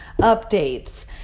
updates